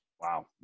Wow